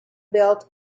built